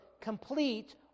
complete